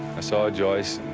saw joyce,